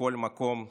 מכל מקום בארץ,